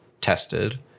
tested